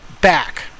back